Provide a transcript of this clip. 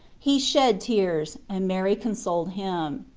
he shed tears, and mary consoled him.